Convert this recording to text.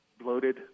bloated